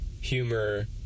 humor